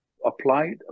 applied